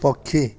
ପକ୍ଷୀ